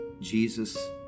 Jesus